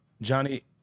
Johnny